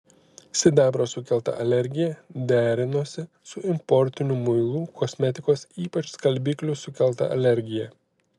sidabro sukelta alergija derinosi su importinių muilų kosmetikos ypač skalbiklių sukelta alergija